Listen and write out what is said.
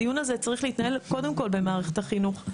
הדיון הזה צריך להתנהל, קודם כול, במערכת החינוך.